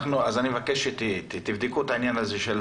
אני מבקש שתבדקו את העניין הזה של